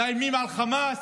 מאיימים על חמאס,